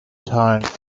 time